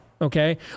Okay